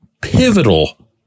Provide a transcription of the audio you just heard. pivotal